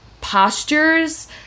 postures